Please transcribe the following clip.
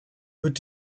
wird